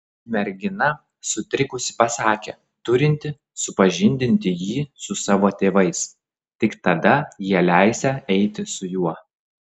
mergina sutrikusi pasakė turinti supažindinti jį su savo tėvais tik tada jie leisią eiti su juo